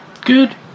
Good